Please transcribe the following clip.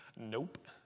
Nope